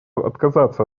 отказаться